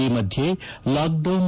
ಈ ಮಧ್ಯೆ ಲಾಕ್ಡೌನ್